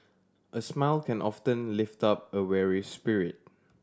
a smile can often lift up a weary spirit